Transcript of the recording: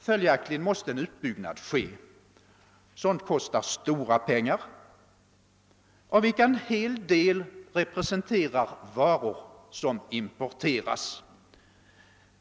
Följaktligen måste en utbyggnad ske. Sådant kostar stora pengar av vilka en hel del representerar varor som importeras.